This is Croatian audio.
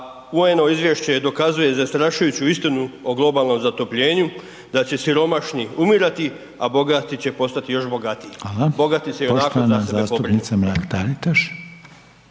UN-ovo izvješće dokazuje zastrašujuću istinu o globalnom zatopljenju, da će siromašni umirati, a bogati će postati još bogatiji, bogati se ionako za sebe pobrinu.